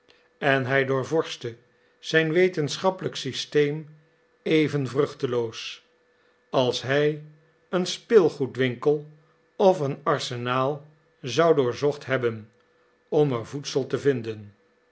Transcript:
en hij doorvorschte zijn wetenschappelijk systeem even vruchteloos als hij een speelgoedwinkel of een arsenaal zou doorzocht hebben om er voedsel te vinden